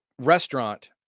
Restaurant